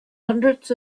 hundreds